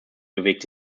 bewegt